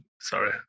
Sorry